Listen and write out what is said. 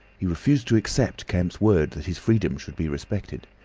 he refused to accept kemp's word that his freedom should be respected.